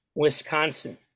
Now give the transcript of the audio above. Wisconsin